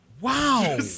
Wow